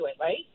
right